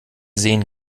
sehen